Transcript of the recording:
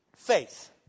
faith